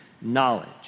knowledge